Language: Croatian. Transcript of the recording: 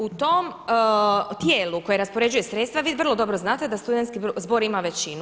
U tom tijelu koje raspoređuje sredstva, vi vrlo dobro znate da studentski zbor ima većinu.